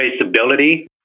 traceability